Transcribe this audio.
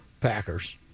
Packers